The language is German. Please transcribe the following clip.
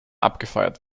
abgefeuert